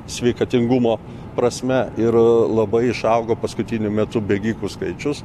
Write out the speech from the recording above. sveikatingumo prasme ir labai išaugo paskutiniu metu bėgikų skaičius